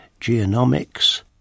genomics